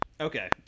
Okay